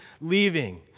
leaving